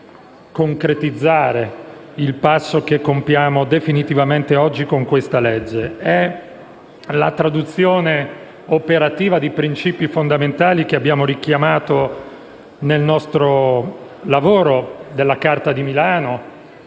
il passo che compiamo definitivamente oggi con questa legge. Si tratta della traduzione operativa di principi fondamentali che abbiamo richiamato nel nostro lavoro, nella Carta di Milano,